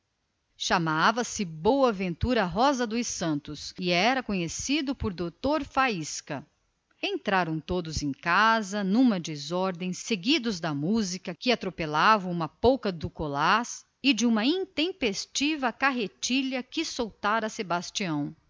chamava-se boaventura rosa dos santos era conhecido por dr faísca e gostava de fazer e adivinhar charadas entraram todos em casa numa desordem acossados pela música que atropelava uma polca do colás e por uma intempestiva carretilha que soltara sebastião